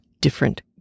different